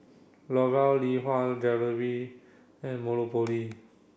L'Oreal Lee Hwa Jewellery and Monopoly